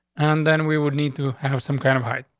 and then we would need to have some kind of height.